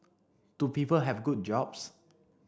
do people have good jobs